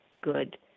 good